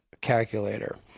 calculator